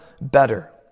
better